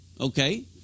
okay